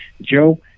Joe